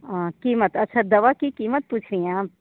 क़ीमत अच्छा दवा की क़ीमत पूछ रही हैं आप